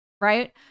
right